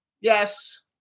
Yes